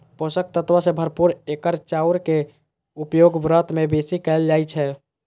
पोषक तत्व सं भरपूर एकर चाउर के उपयोग व्रत मे बेसी कैल जाइ छै